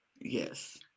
yes